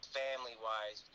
family-wise